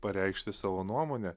pareikšti savo nuomonę